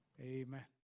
Amen